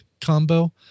combo